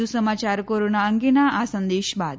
વધુ સમાચાર કોરોના અંગેના આ સંદેશ બાદ